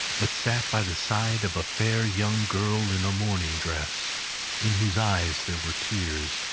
but sat by the side of a fair young girl in a mourning-dress in whose eyes there were tears,